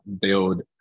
build